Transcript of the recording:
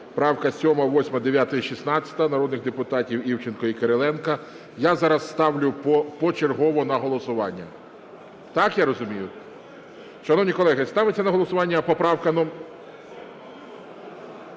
правка 7-а, 8-а, 9-а і 16-а народних депутатів Івченка і Кириленка. Я зараз ставлю почергово на голосування. Так, я розумію? Шановні колеги, ставиться на голосування поправка...